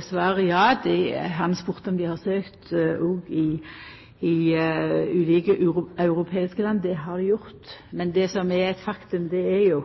svaret ja. Han spurde om vi har søkt òg i ulike europeiske land. Det har vi gjort. Men det som er eit faktum, er jo